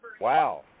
Wow